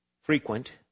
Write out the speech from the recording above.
frequent